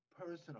personal